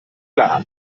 klar